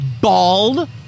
Bald